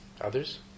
others